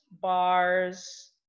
bars